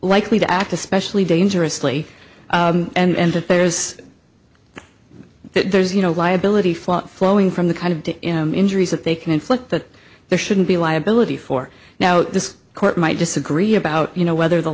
likely to act especially dangerously and that there's there's you know liability for flowing from the kind of injuries that they can inflict that there shouldn't be liability for now this court might disagree about you know whether the